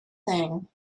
thing